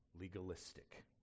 legalistic